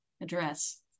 address